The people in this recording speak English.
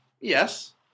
Yes